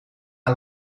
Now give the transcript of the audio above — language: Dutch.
een